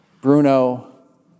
Bruno